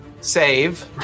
save